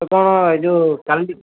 ଆଉ କ'ଣ ଏଇ ଯୋଉ